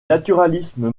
naturalisme